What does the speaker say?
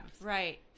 Right